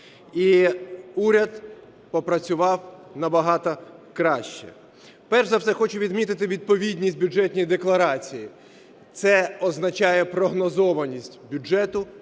і уряд попрацював набагато краще. Перш за все хочу відмітити відповідність Бюджетній декларації, це означає прогнозованість бюджету,